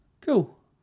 Cool